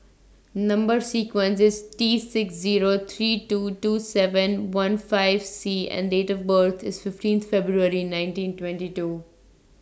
Number sequence IS T six Zero three two two seven one five C and Date of birth IS fifteenth February nineteen twenty two